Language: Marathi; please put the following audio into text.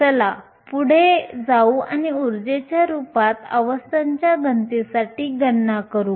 चला पुढे जाऊ आणि ऊर्जेच्या रूपात अवस्थांच्या घनतेसाठी गणना करू